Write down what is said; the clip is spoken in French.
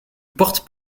porte